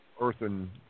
earthen